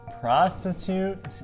prostitute